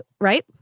right